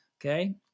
Okay